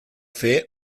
fer